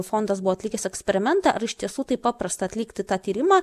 fondas buvo atlikęs eksperimentą ar iš tiesų taip paprasta atlikti tą tyrimą